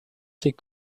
ses